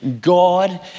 God